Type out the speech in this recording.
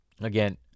again